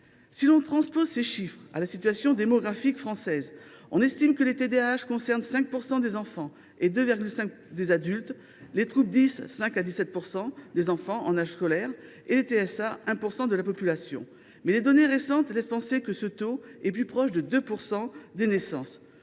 Si l’on transpose ces chiffres à la situation démographique française, on estime que les TDAH concernent 5 % des enfants et 2,5 % des adultes, les troubles dys 5 % à 17 % des enfants en âge scolaire et les TSA 1 % de la population. Mais les données récentes laissent penser que ce taux est plus proche de 2 % des naissances.